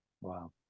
Wow